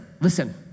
Listen